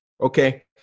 okay